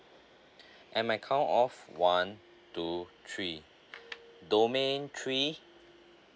at my count of one two three domain three